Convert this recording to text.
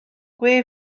gwe